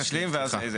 רגע, אני רק אשלים ואז.